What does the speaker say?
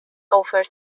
over